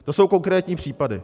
To jsou konkrétní příklady.